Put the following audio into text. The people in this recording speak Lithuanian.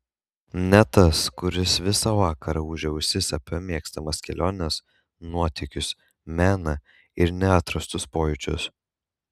ne tas kuris visą vakarą ūžė ausis apie mėgstamas keliones nuotykius meną ir neatrastus pojūčius